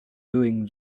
doing